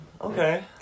Okay